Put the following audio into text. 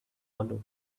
follow